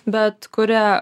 bet kuria